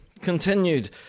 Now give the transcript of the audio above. continued